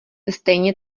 stejně